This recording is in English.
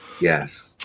Yes